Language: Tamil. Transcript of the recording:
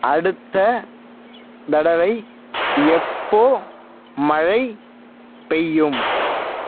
அடுத்த தடவை எப்போ மழை பெய்யும்